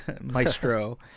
maestro